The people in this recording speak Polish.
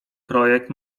projekt